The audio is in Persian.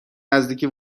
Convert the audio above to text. نزدیکی